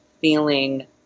feeling